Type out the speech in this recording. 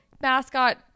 mascot